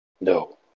No